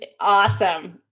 awesome